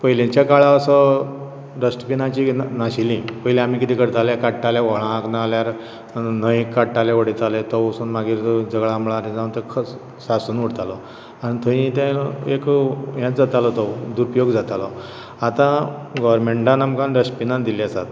पयलीच्या काळार असो डस्टबिनाची येवजण नाशिल्ली पयली आमी कितें करताले काडटाले व्हळांत ना जाल्यार न्हंये काडटाले उडयताले तो वचून मागीर जळामळार जावन कचरो सासून उरतालो आनी थंय तें एक येंच जातालो तो दुरुपयोग जातालो आतां गोवर्नमेंटान आमकां डस्टबिना दिल्ली आसात